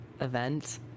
event